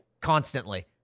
Constantly